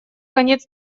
конец